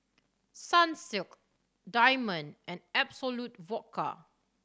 Sunsilk Diamond and Absolut Vodka